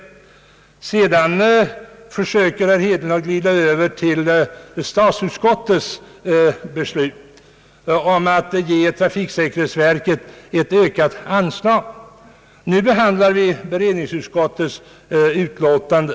Herr Hedlund försökte sedan i sitt resonemang glida över till statsutskottets beslut att ge trafiksäkerhetsverket ett ökat anslag. Nu behandlar vi dock allmänna beredningsutskottets utlåtande.